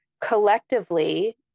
collectively